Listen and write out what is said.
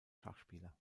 schachspieler